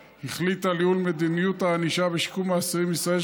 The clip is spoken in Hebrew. הממשלה החליטה על ייעול מדיניות הענישה ושיקום האסירים בישראל,